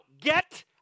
Get